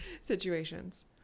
situations